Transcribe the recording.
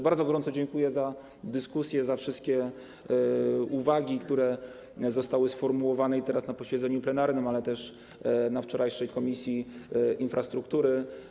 Bardzo gorąco dziękuję za dyskusję, za wszystkie uwagi, które zostały sformułowane teraz na posiedzeniu plenarnym, ale też na wczorajszym posiedzeniu Komisji Infrastruktury.